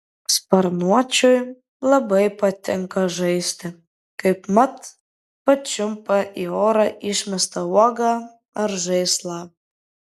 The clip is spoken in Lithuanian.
sparnuočiui labai patinka žaisti kaipmat pačiumpa į orą išmestą uogą ar žaislą